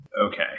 Okay